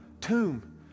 tomb